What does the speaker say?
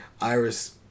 Iris